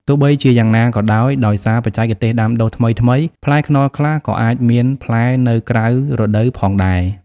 ទោះបីជាយ៉ាងណាក៏ដោយ ដោយសារបច្ចេកទេសដាំដុះថ្មីៗ ផ្លែខ្នុរខ្លះក៏អាចមានផ្លែនៅក្រៅរដូវផងដែរ។